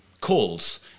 calls